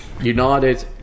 United